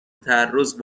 تعرض